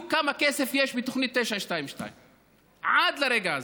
כמה כסף יש בתוכנית 922. עד לרגע הזה.